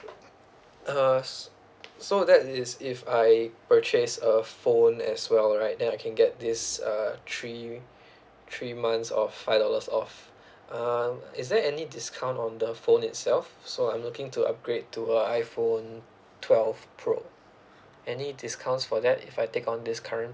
uh s~ so that is if I purchase a phone as well right then I can get this uh three three months of five dollars off um is there any discount on the phone itself so I'm looking to upgrade to a iphone twelve pro any discounts for that if I take on this current